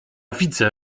widzę